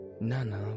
Nana